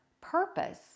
purpose